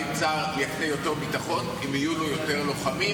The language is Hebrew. האם צה"ל יקנה יותר ביטחון אם יהיו לו יותר לוחמים,